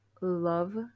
love